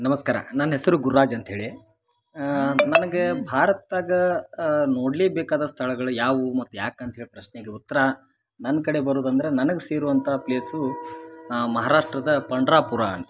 ನಮಸ್ಕಾರ ನನ್ನ ಹೆಸ್ರು ಗುರುರಾಜ್ ಅಂತ್ಹೇಳಿ ನನ್ಗ ಭಾರತ್ದಾಗ ನೋಡಲಿ ಬೇಕಾದ ಸ್ಥಳಗಳು ಯಾವುವು ಮತ್ತು ಯಾಕಂತ ಹೇಳಿ ಪ್ರಶ್ನೆಗೆ ಉತ್ತರ ನನ್ನ ಕಡೆ ಬರುದಂದ್ರ ನನಗೆ ಸೇರುವಂಥಾ ಪ್ಲೇಸು ಮಹಾರಾಷ್ಟ್ರದ ಪಂಡರಾಪುರ ಅಂತ್ಹೇಳಿ